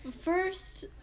first